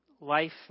life